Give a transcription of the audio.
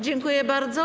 Dziękuję bardzo.